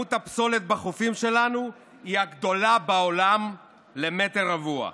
כמות הפסולת בחופים שלנו היא הגדולה בעולם למטר רבוע.